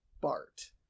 Bart